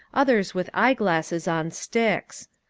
others with eyeglasses on sticks.